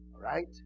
right